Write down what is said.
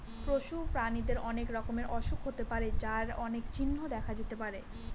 পশু প্রাণীদের অনেক রকমের অসুখ হতে পারে যার অনেক চিহ্ন দেখা যেতে পারে